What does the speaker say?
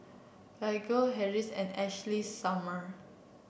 Baggu Hardy's and Ashley Summer